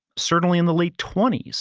certainly in the late twenty s,